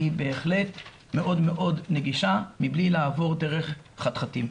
היא בהחלט מאוד נגישה מבלי לעבור דרך חתחתים.